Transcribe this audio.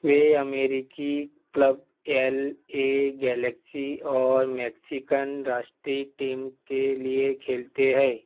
वे अमरीकी club L A Galaxy और Mexican राष्ट्रीय टीम के लिए खेलते हैं